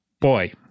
Boy